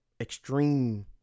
extreme